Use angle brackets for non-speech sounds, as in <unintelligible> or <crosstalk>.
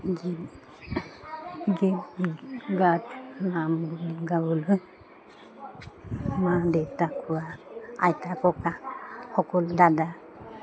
<unintelligible> নাম গাবলৈ মা দেউতা খুৰা আইতা ককা সকলোৱে দাদা